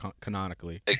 canonically